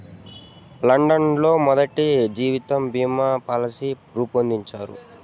London లో మొదటి జీవిత బీమా పాలసీ రూపొందించారు